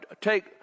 take